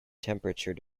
temperature